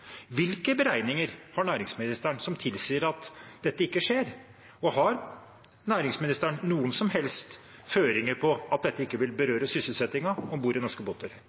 Hvilke beregninger har næringsministeren som tilsier at dette ikke skjer? Og har næringsministeren noen som helst føringer på at dette ikke vil berøre sysselsettingen om bord i norske